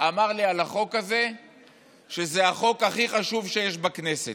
אמר לי על החוק הזה שזה החוק הכי חשוב שיש בכנסת,